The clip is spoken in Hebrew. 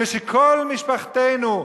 כשכל משפחתנו,